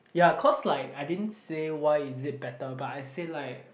ya cause like I didn't say why is it better but I say like